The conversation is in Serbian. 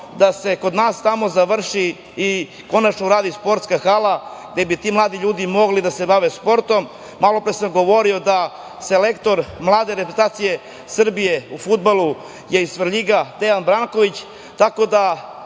da se kod nas završi i konačno uradi sportska hala gde bi ti mladi ljudi mogli da se bave sportom. Malopre sam govorio da selektor mlade reprezentacije Srbije u fudbalu je iz Svrljiga, Dejan Branković.